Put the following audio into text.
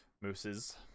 mooses